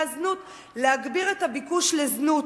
זנות הוא להגביר את הביקוש לזנות.